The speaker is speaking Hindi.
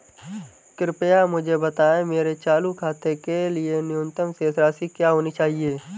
कृपया मुझे बताएं मेरे चालू खाते के लिए न्यूनतम शेष राशि क्या होनी चाहिए?